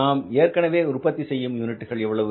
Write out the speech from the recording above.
நாம் ஏற்கனவே உற்பத்தி செய்யும் யூனிட்டுகள் எவ்வளவு 30000